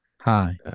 Hi